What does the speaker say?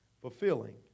fulfilling